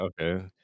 okay